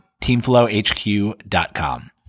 teamflowhq.com